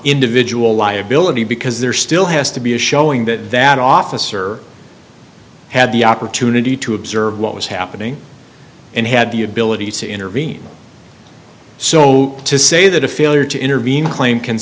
individual liability because there still has to be a showing that that officer had the opportunity to observe what was happening and had the ability to intervene so to say that a failure to intervene claim can